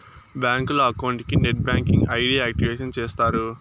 బ్యాంకులో అకౌంట్ కి net banking కి ఐ.డి యాక్టివేషన్ చేస్తారు